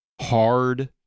hard